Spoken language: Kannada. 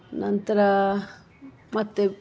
ನಂತರ ಮತ್ತು